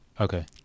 okay